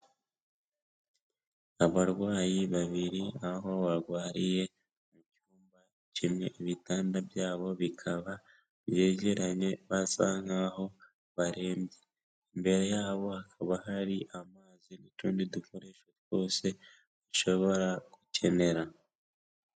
Abarwayi babiri aho barwariye mu byumba kimwe, ibitanda byabo bikaba byegeranye basa nkaho barembye, imbere yabo hakaba hari amazi n'utundi dukoresho twose bashobora gukenera.